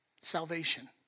salvation